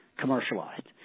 commercialized